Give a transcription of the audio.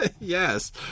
Yes